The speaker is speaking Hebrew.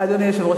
אדוני היושב-ראש,